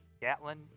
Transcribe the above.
Gatlin